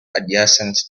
adjacent